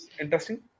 interesting